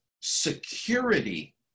security